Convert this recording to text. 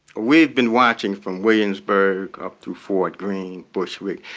we've been watching from williamsburg up through fort green, bushwick,